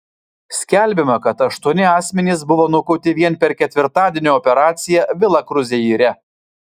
skelbiama kad aštuoni asmenys buvo nukauti vien per ketvirtadienio operaciją vila kruzeire